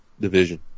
division